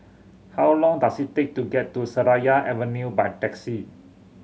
how long does it take to get to Seraya Avenue by taxi